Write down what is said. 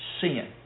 sin